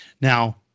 Now